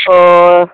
अ